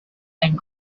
and